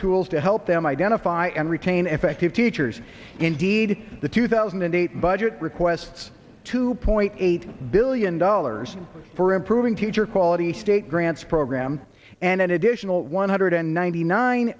tools to help them identify and retain effective teachers indeed the two thousand and eight budget requests two point eight billion dollars for improving teacher quality state grants program and an additional one hundred and ninety nine